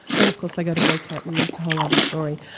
then of course they go to vcat and that's a whole other story.